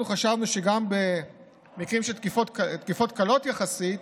אנחנו חשבנו שגם במקרים של תקיפות קלות יחסית